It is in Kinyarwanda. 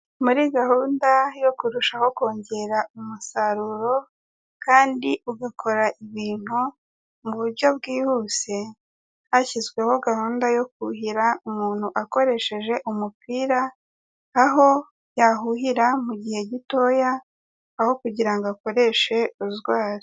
Muri gahunda yo kurushaho kongera umusaruro, kandi ugakora ibintu mu buryo bwihuse, hashyizweho gahunda yo kuhira umuntu akoresheje umupira, aho yahuhira mu gihe gitoya aho kugira akoreshe rozwari.